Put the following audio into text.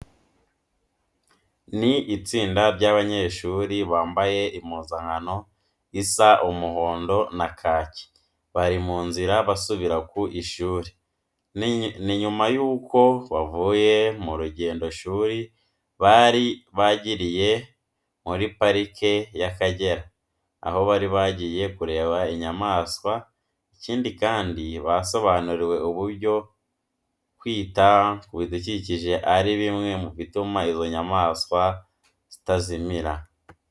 Ni itsinda ry'abanyeshuri bambaye impuzankano isa umuhondo na kake, bari mu nzira basubira ku ishuri. Ni nyuma yuko bavuye mu rugendoshuri bari bagiriye muri parike y'Akagera, aho bari bagiye kureba inyamaswa. Ikindi kandi, basobanuriwe uburyo kwita ku bidukikije ari bimwe mu bituma izo nyamaswa zitazimira.